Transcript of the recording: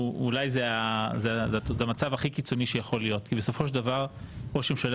זה אולי המצב הכי קיצוני שיכול להיות כי בסופו של דבר ראש ממשלה